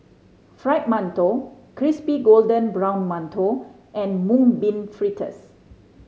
Fried Mantou crispy golden brown mantou and Mung Bean Fritters